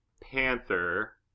Panther